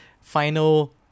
Final